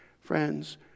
Friends